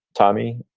tommy,